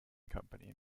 company